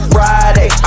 Friday